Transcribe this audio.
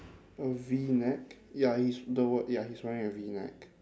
a V neck ya he's the w~ ya he's wearing a V neck